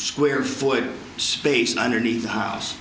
square foot space underneath the house